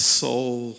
soul